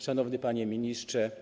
Szanowny Panie Ministrze!